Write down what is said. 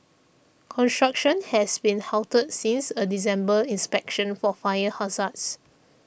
construction has been halted since a December inspection for fire hazards